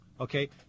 Okay